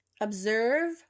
observe